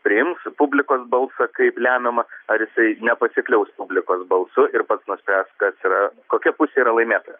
priims publikos balsą kaip lemiamą ar jisai nepasikliaus publikos balsu ir pats nuspręs kas yra kokia pusė yra laimėtoja